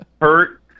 Hurt